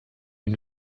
une